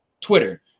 Twitter